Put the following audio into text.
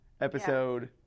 episode